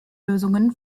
lösungen